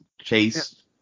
chase